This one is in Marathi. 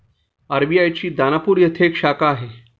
आर.बी.आय ची दानापूर येथे एक शाखा आहे